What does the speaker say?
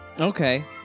Okay